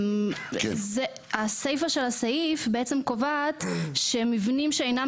הסיפא של הסעיף קובעת שמבנים שאינם